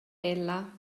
ella